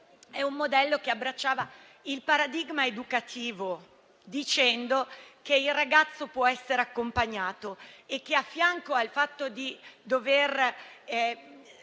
perché abbracciava il paradigma educativo, dicendo che il ragazzo può essere accompagnato e che, a fianco al fatto di dover